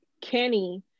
Kenny